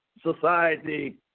society